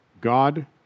God